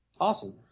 Awesome